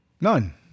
None